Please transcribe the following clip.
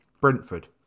Brentford